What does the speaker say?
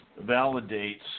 validates